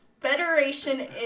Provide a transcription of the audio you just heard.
federation